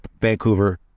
Vancouver